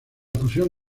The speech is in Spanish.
fusión